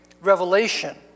revelation